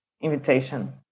invitation